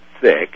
thick